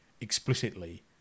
explicitly